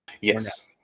Yes